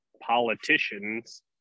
politicians